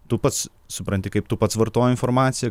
tu pats supranti kaip tu pats vartoji informaciją